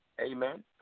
Amen